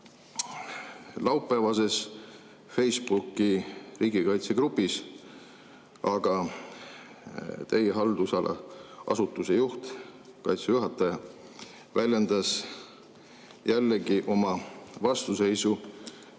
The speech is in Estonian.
laupäeval Facebooki riigikaitsegrupis teie haldusala asutuse juht, Kaitseväe juhataja, väljendas oma vastuseisu